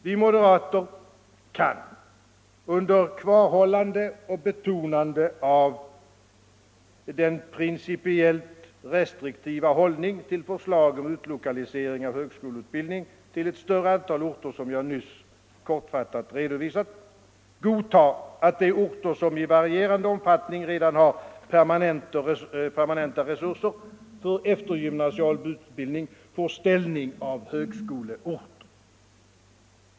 Vi moderater kan under kvarhållande och betonande av den principiellt restriktiva hållning till förslag om utlokalisering av högskoleutbildning till ett större antal orter, som jag nyss kortfattat redovisat, godta att de orter som i varierande omfattning redan har permanenta resurser för eftergymnasial utbildning får ställning av högskoleort.